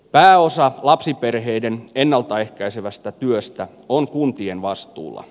pääosa lapsiperheiden ennalta ehkäisevästä työstä on kuntien vastuulla